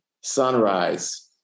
Sunrise